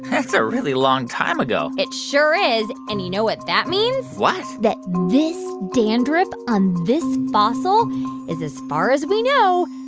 that's a really long time ago it sure is. and you know what that means? what? that this dandruff on this fossil is, as far as we know,